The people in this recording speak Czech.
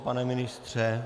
Pane ministře?